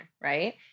right